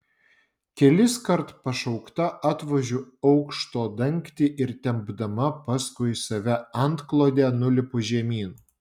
keliskart pašaukta atvožiu aukšto dangtį ir tempdama paskui save antklodę nulipu žemyn